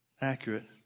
accurate